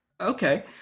Okay